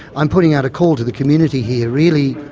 i'm putting out a call to the community here really,